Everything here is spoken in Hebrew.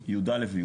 - יב'.